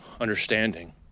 understanding